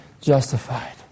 justified